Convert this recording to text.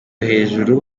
hejuru